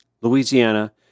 Louisiana